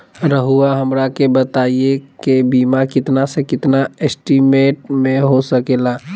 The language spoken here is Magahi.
रहुआ हमरा के बताइए के बीमा कितना से कितना एस्टीमेट में हो सके ला?